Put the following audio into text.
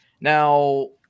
Now